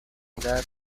உதார